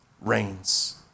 reigns